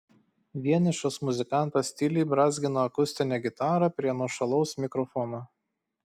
vienišas muzikantas tyliai brązgino akustinę gitarą prie nuošalaus mikrofono